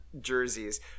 jerseys